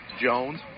Jones